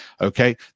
Okay